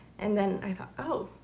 and then i thought, oh,